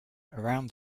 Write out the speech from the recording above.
around